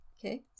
Okay